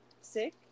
sick